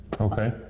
Okay